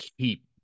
keep